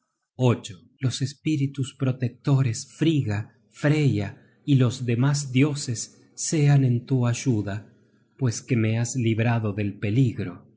palabras los espíritus protectores frigga freya y los demas dioses sean en tu ayuda pues que me has librado del